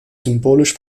symbolisch